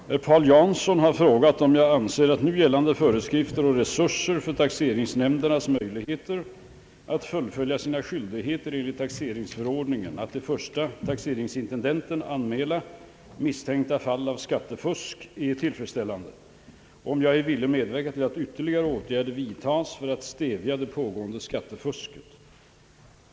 Herr talman! Herr Paul Jansson har frågat om jag anser att nu gällande föreskrifter och resurser för taxeringsnämndernas möjligheter att fullfölja sina skyldigheter enligt taxeringsförordningen att till förste taxeringsintendenten anmäla misstänkta fall av skattefusk är tillfredsställande och om jag är villig medverka till att ytterligare åtgärder vidtas för att stävja det pågående skattefusket.